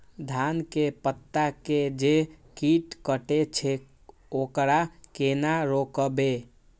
धान के पत्ता के जे कीट कटे छे वकरा केना रोकबे?